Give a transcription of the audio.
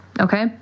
Okay